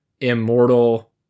immortal